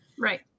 Right